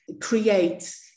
create